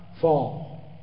fall